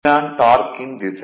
இது தான் டார்க் கின் திசை